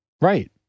right